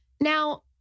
now